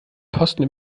posten